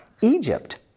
Egypt